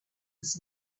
was